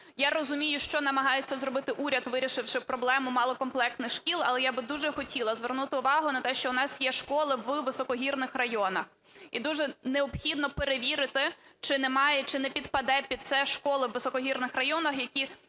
Я розумію, що намагається зробити уряд, вирішивши проблему малокомплектних шкіл. Але я би дуже хотіла звернути увагу на те, що у нас є школи в високогірних районах, і дуже необхідно перевірити, чи немає, чи не підпадуть під це школи у високогірних районах, які